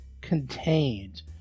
contained